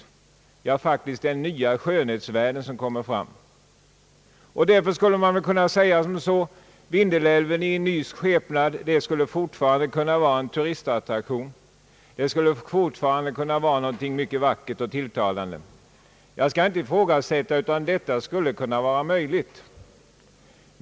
Ja, faktiskt: det är nya skönhetsvärden som kommer fram. Därför skulle man väl kunna säga att Vindelälven i ny skepnad fortfarande kunde vara en turistattraktion; jag skall inte ifrågasätta att detta kunde vara möjligt.